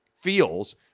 feels